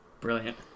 Brilliant